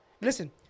Listen